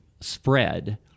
spread